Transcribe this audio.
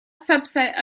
subset